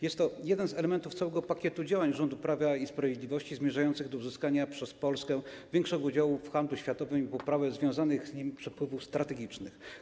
Jest to jeden z elementów całego pakietu działań rządu Prawa i Sprawiedliwości zmierzających do uzyskania przez Polskę większego udziału w handlu światowym i poprawy związanych z nim przepływów strategicznych.